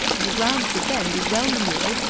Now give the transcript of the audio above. the ground should then be well manured,